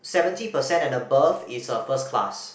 seventy percent and above is a first class